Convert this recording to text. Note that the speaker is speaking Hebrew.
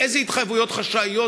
איזה התחייבויות חשאיות,